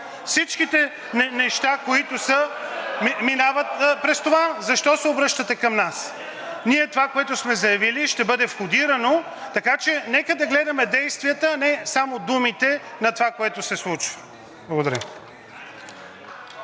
всичките неща, които са, минават през това. Защо се обръщате към нас? (Шум и реплики.) Ние това, което сме заявили, ще бъде входирано, така че нека да гледаме действията, а не само думите на това, което се случва. Благодаря.